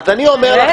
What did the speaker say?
אני אומר לך,